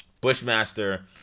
Bushmaster